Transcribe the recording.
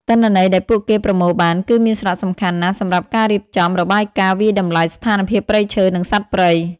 ទិន្នន័យដែលពួកគេប្រមូលបាន គឺមានសារៈសំខាន់ណាស់សម្រាប់ការរៀបចំ របាយការណ៍វាយតម្លៃស្ថានភាពព្រៃឈើ និងសត្វព្រៃ។